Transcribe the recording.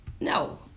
no